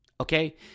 Okay